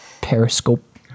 periscope